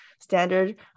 standard